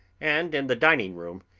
and in the dining-room,